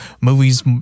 movies